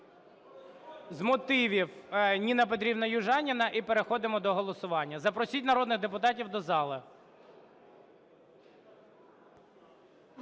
З мотивів – Ніна Петрівна Южаніна. І переходимо до голосування. Запросіть народних депутатів до зали.